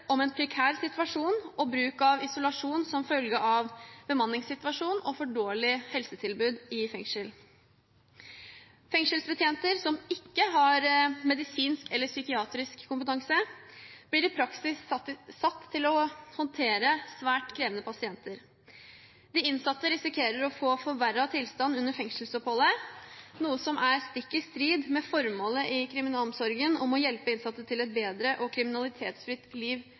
om en prekær situasjon og bruk av isolasjon som følge av bemanningssituasjonen og et for dårlig helsetilbud i fengslene. Fengselsbetjenter, som ikke har medisinsk eller psykiatrisk kompetanse, blir i praksis satt til å håndtere svært krevende pasienter. De innsatte risikerer å få forverret tilstand under fengselsoppholdet, noe som er stikk i strid med formålet i kriminalomsorgen om å hjelpe innsatte til et bedre og kriminalitetsfritt liv